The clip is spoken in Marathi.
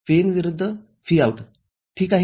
Vin विरुद्ध Vout ठीक आहे